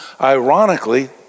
ironically